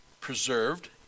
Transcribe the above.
preserved